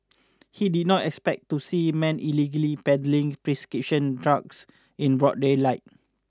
he did not expect to see men illegally peddling prescription drugs in broad daylight